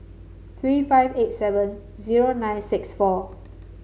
three five eight seven zero nine six four